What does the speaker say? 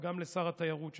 וגם לשר התיירות שנכנס: